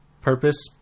purpose